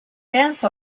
dance